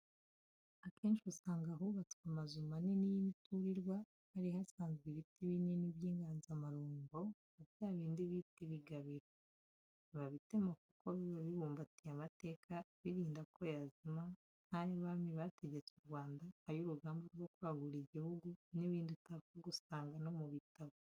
Akenshi usanga ahubatswe amazu manini y'imiturirwa, hari hasanzwe ibiti binini by' inganzamarumbo, nka bya bindi bita ibigabiro; ntibabitema kuko biba bibumbatiye amateka birinda ko yazima, nk'ay'abami bategetse u Rwanda, ay'urugamba rwo kwagura igihugu n'ibindi utapfa gusanga no mu bitabo.